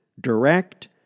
direct